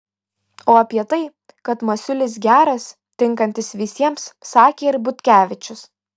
o apie tai kad masiulis geras tinkantis visiems sakė ir butkevičius